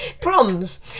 proms